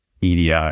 EDI